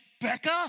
Becca